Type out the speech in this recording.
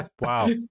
Wow